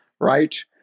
right